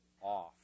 off